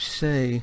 say